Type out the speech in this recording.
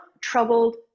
troubled